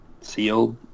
sealed